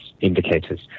indicators